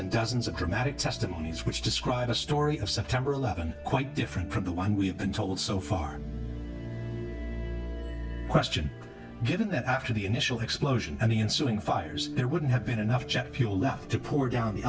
and dozens of dramatic testimonies which describe the story of september eleventh quite different from the one we have been told so far question given that after the initial explosion and the ensuing fires there wouldn't have been enough jet fuel left to pour down the